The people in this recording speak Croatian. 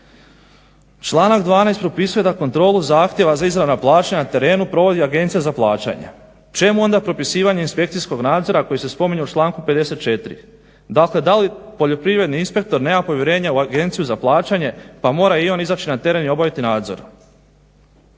Članak 12. propisuje da kontrolu zahtjeva za izravna plaćanja na terenu provodi Agencija za plaćanje. Čemu onda propisivanje inspekcijskog nadzora koji se spominje u članku 54.? Dakle, da li poljoprivredni inspektor nema povjerenja u Agenciju za plaćanje pa mora i on izaći na teren i obaviti nadzor?